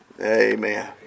Amen